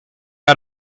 out